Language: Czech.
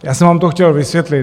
Já jsem vám to chtěl vysvětlit.